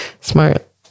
Smart